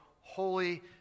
holy